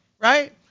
right